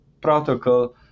protocol